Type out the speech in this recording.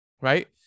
right